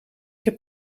heb